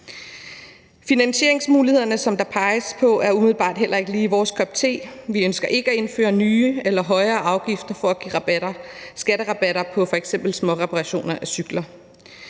Finansieringsmulighederne, som der peges på, er umiddelbart heller ikke lige vores kop te. Vi ønsker ikke at indføre nye eller højere afgifter for at give skatterabatter på f.eks. småreparationer af cykler.